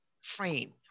frame